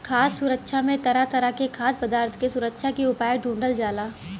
खाद्य सुरक्षा में तरह तरह के खाद्य पदार्थ के सुरक्षा के उपाय ढूढ़ल जाला